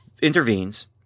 intervenes